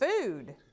food